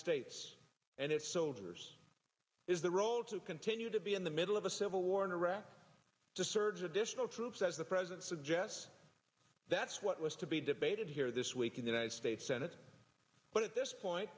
states and its soldiers is the role to continue to be in the middle of a civil war in iraq to surge additional troops as the president suggests that's what was to be debated here this week in the united states senate but at this point